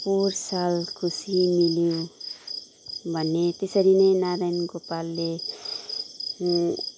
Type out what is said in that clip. पोहोर साल खुसी मिल्यो भन्ने त्यसरी नै नारायण गोपालले